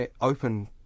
open